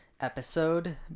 episode